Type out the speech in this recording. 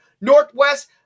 Northwest